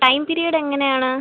time period എങ്ങനെയാണ്